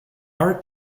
are